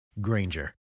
Granger